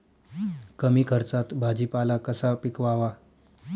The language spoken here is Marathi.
कमी खर्चात भाजीपाला कसा पिकवावा?